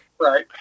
Right